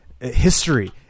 history